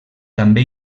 també